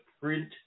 print